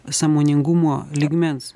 sąmoningumo lygmens